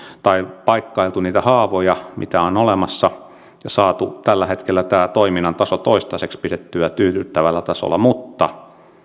tai on paikkailtu niitä haavoja mitä on olemassa ja saatu tällä hetkellä tämä toiminta toistaiseksi pidettyä tyydyttävällä tasolla mutta